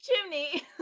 chimney